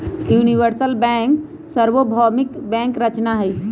universal bank सर्वभौमिक bank संरचना हई